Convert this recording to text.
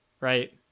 right